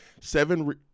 seven